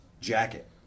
jacket